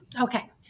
okay